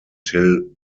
till